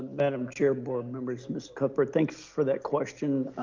madam chair, board members, ms. cuthbert, thanks for that question.